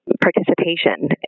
participation